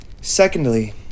Secondly